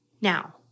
now